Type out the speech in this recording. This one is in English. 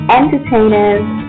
entertainers